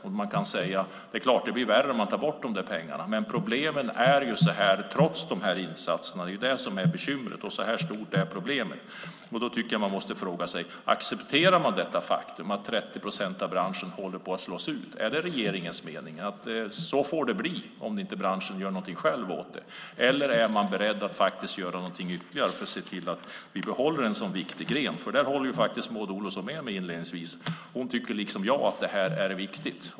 Det är klart att det blir värre om man tar bort dessa pengar. Men problemen finns trots dessa insatser. Det är det som är bekymret, och så här stort är problemet. Då tycker jag att man måste fråga sig: Accepterar man det faktum att 30 procent av branschen håller på att slås ut? Är det regeringens mening att det får bli så om inte branschen själv gör någonting åt det, eller är man beredd att faktiskt göra någonting ytterligare för att se till att vi behåller en så viktig gren? Där håller faktiskt Maud Olofsson med mig inledningsvis. Hon tycker liksom jag att detta är viktigt.